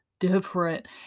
Different